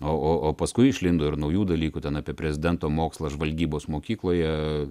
o o o paskui išlindo ir naujų dalykų ten apie prezidento mokslą žvalgybos mokykloje